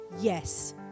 Yes